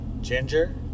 ginger